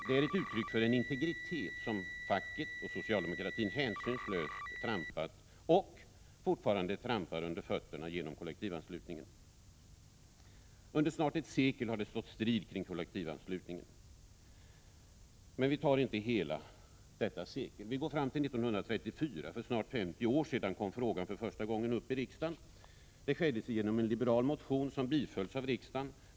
Det är ett uttryck för en integritet, som facket och socialdemokratin hänsynslöst trampat, och fortfarande trampar, under fötterna genom kollektivanslutningen. Under snart ett sekel har det stått strid kring kollektivanslutningen. Men låt oss inte omfatta hela detta sekel i debatten utan gå fram till år 1934, för över 50 år sedan, då frågan för första gången kom upp i riksdagen. Det skedde genom en liberal motion, som bifölls av riksdagen.